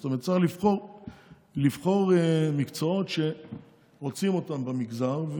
זאת אומרת, צריך לבחור מקצועות שרוצים אותם במגזר,